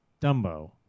Dumbo